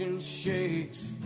shakes